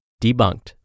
debunked